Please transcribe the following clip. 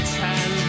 ten